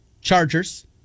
Chargers